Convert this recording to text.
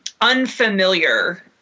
unfamiliar